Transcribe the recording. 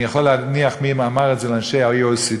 אני יכול להניח מי אמר את זה מאנשי ה-OECD,